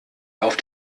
auf